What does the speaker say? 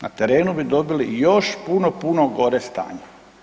Na terenu bi dobili još puno, puno gore stanje.